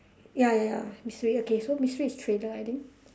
ya ya mystery okay so mystery is thriller I think